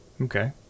Okay